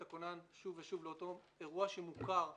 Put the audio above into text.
הכונן שוב ושוב לאותו אירוע שמוכר ומטפל.